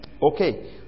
Okay